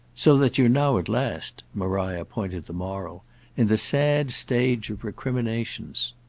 so that you're now at last maria pointed the moral in the sad stage of recriminations.